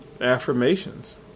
affirmations